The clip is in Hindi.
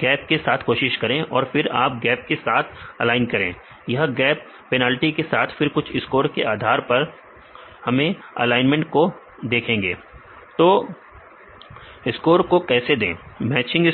गैप के साथ कोशिश करें और फिर आप गैप के साथ ऑलाइन करें यहां गैप पेनल्टी के साथ फिर कुछ स्कोर के आधार पर हम एलाइनमेंट को देखेंगे तो स्कोर को कैसे दें मैचिंग स्कोर